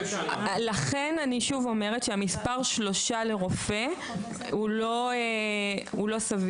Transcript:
לכן אני שוב אומרת שהמספר שלושה לרופא הוא לא סביר,